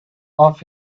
off